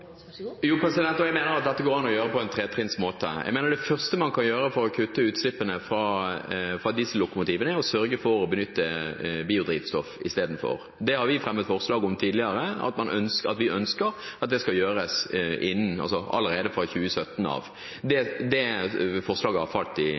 så forsinket med Trønderbanen og Meråkerbanen som man er? Jo, og jeg mener at dette går det an å gjøre i tre trinn. Jeg mener at det første man kan gjøre for å kutte utslippene fra diesellokomotivene, er å sørge for å benytte biodrivstoff istedenfor. Det har vi fremmet forslag om tidligere, at vi ønsker at det skal gjøres allerede fra 2017.